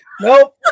Nope